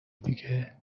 دیگه